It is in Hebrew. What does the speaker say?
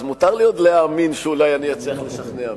אז מותר לי עוד להאמין שאולי אני אצליח לשכנע מישהו.